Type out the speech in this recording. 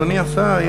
אדוני השר,